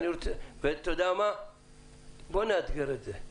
נאתגר את זה.